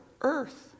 earth